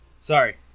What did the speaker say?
sorry